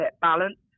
balance